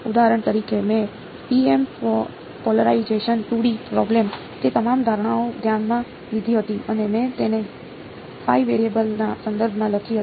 ઉદાહરણ તરીકે મેં TM પોલરાઈજેશન 2 D પ્રોબ્લેમ તે તમામ ધારણાઓ ધ્યાનમાં લીધી હતી અને મેં તેને વેરિયેબલ ના સંદર્ભમાં લખી હતી